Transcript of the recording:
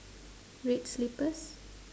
red slippers